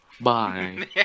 bye